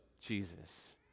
Jesus